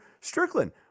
Strickland